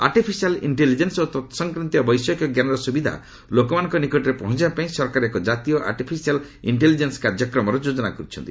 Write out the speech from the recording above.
artificial intelligence ଓ ତତ୍ସଂକ୍ରାନ୍ତୀୟ ବୈଷୟିକ ଜ୍ଞାନର ସୁବିଧା ଲୋକମାନଙ୍କ ନିକଟରେ ପହଞ୍ଚାଇବାପାଇଁ ସରକାର ଏକ ଜାତୀୟ ଆର୍ଟିଫିସିଆଲ୍ ଇକ୍ଷେଲିଜେନ୍ସ କାର୍ଯ୍ୟକ୍ରମର ଯୋଜନା କରିଛନ୍ତି